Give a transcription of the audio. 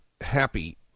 happy